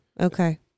okay